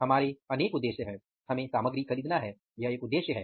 हमारे अनेक उद्देश्य हैं हमें सामग्री खरीदना है यह एक उद्देश्य है